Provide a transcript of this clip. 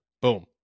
Boom